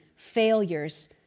Failures